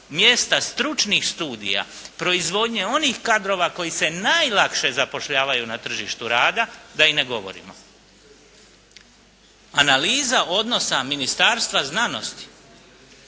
mjesta stručnih studija proizvodnje onih kadrova koji se najlakše zapošljavaju na tržištu rada da i ne govorimo. Analiza odnosa Ministarstva znanosti